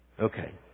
Okay